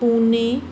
Pune